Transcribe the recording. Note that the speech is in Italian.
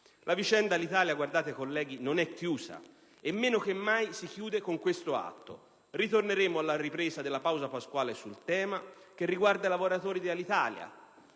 La vicenda Alitalia, colleghi, non è chiusa e meno che mai si chiude con questo atto. Ritorneremo, alla ripresa della pausa pasquale, sul tema che riguarda i lavoratori di Alitalia,